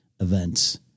events